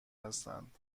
هستند